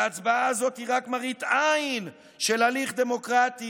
וההצבעה הזאת היא רק מראית עין של הליך דמוקרטי,